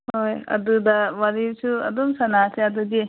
ꯍꯣꯏ ꯑꯗꯨꯗ ꯋꯥꯔꯤꯁꯨ ꯑꯗꯨꯝ ꯁꯥꯟꯅꯁꯦ ꯑꯗꯨꯗꯤ